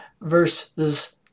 verses